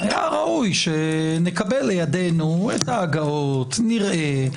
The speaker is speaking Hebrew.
היה ראוי שנקבל לידינו את ההגהות, נראה.